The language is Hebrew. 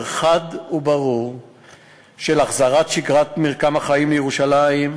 חד וברור של החזרת שגרת מרקם החיים לירושלים,